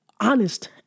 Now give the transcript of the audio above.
honest